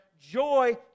joy